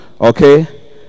Okay